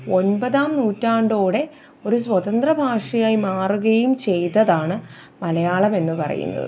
ഒന്പതാം നൂറ്റാണ്ടോടെ ഒരു സ്വതന്ത്ര ഭാഷയായി മാറുകയും ചെയ്തതാണ് മലയാളം എന്ന് പറയുന്നത്